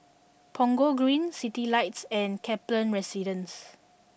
Punggol Green Citylights and Kaplan Residence